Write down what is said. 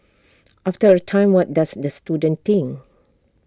after A time what does the student think